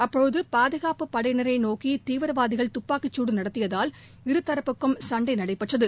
அப்போது பாதுகாப்பு படையினரை நோக்கி தீவிரவாதிகள் தப்பாக்கிச்சுடு நடத்தியதால் இருதரப்புக்கும் சண்டை நடைபெற்றது